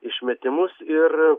išmetimus ir